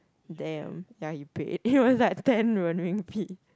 damn ya he paid it was like ten Renminbi